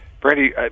Brandy